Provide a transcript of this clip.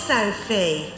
Sophie